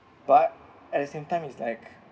but at the same time is like